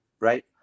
right